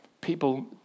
People